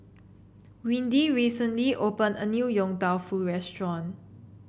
Windy recently opened a new Yong Tau Foo restaurant